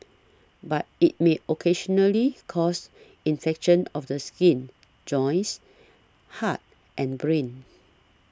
but it may occasionally cause infections of the skin joints heart and brain